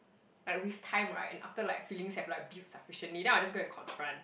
like with time right and after like feelings have been built sufficiently then I'll just go and confront